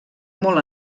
molt